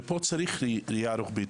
ופה צריך ראייה רוחבית.